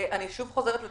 הוא רשם את הדברים.